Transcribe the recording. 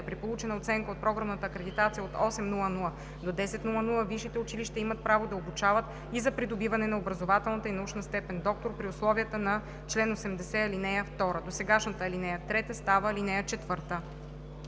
При получена оценка от програмната акредитация от 8,00 до 10,00 висшите училища имат право да обучават и за придобиване на образователната и научна степен „доктор“ при условията на чл. 80, ал. 2.“ 4. Досегашната ал. 3 става ал. 4.“